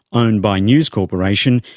owned by news corp,